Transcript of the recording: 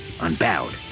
unbowed